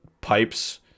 pipes